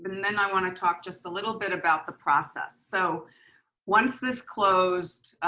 but and then i wanna talk just a little bit about the process. so once this closed,